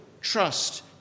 trust